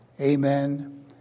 Amen